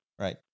right